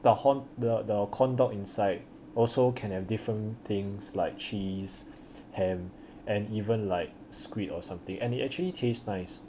the horn the corn dog inside also can have different things like cheese ham and even like squid or something and it actually taste nice